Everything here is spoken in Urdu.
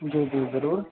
جی جی ضرور